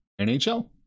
NHL